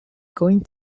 going